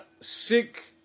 sick